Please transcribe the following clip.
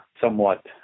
somewhat